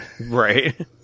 right